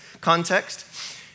context